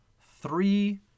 three